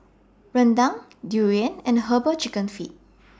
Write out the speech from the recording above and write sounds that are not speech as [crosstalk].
Rendang Durian and Herbal Chicken Feet [noise]